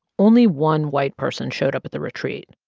only one white person showed up at the retreat.